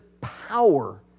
power